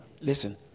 listen